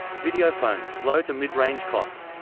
videophones low to midrange cost.